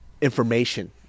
information